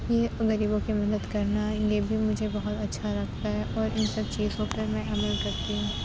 پھر ان غریبوں کی مدد کرنا یہ بھی مجھے اچھا لگتا ہے اور ان سب چیزوں پہ میں عمل کرتی ہوں